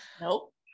nope